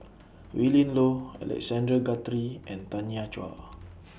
Willin Low Alexander Guthrie and Tanya Chua